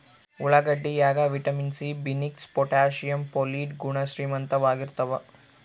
ಉಳ್ಳಾಗಡ್ಡಿ ಯಾಗ vitamin C B six potassium folate ಗುಣ ಶ್ರೀಮಂತವಾಗಿರ್ತಾವ